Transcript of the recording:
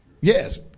Yes